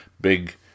big